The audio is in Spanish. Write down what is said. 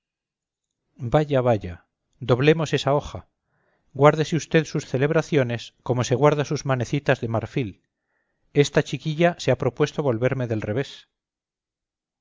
vaya vaya doblemos esa hoja guárdese usted sus celebraciones como se guarda sus manecitas de marfil esta chiquilla se ha propuesto volverme del revés